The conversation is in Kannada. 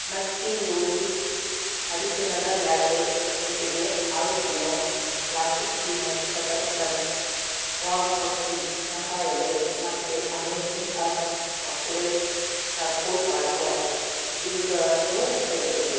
ನಟ್ಟಿ ಯೋಗಿ ಅರಿಸಿನದ ಲ್ಯಾಟೆ ಜೊತೆಗೆ Alpino classic peanut butter crunch Wagh Bakri ಚಹಾ ಎಲೆ ಮತ್ತು amazing earth chocolate charcoal body wash ಇವುಗಳನ್ನೂ ತೆಗೆದುಬಿಡು